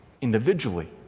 individually